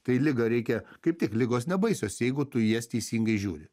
tai ligą reikia kaip tik ligos nebaisios jeigu tu į jas teisingai žiūri